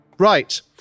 Right